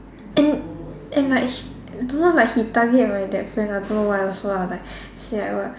and and like he don't know like he target my that friend ah I don't know why also ah but say like what